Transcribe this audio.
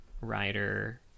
writer